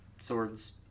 Swords